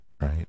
right